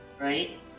Right